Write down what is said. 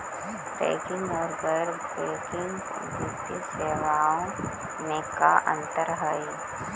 Banking और गैर banking वित्तीय सेवाओं में का अंतर हइ?